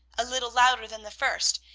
a little louder than the first,